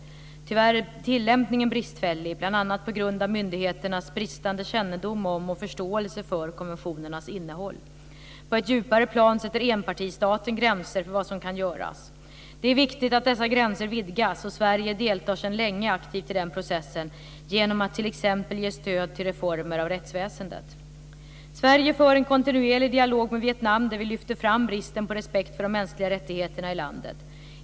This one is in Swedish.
Tyvärr är tillämpningen bristfällig, bl.a. på grund av myndigheternas bristande kännedom om och förståelse för konventionernas innehåll. På ett djupare plan sätter enpartistaten gränser för vad som kan göras. Det är viktigt att dessa gränser vidgas, och Sverige deltar sedan länge aktivt i den processen genom att t.ex. ge stöd till reformer av rättsväsendet. Sverige för en kontinuerlig dialog med Vietnam där vi lyfter fram bristen på respekt för de mänskliga rättigheterna i landet.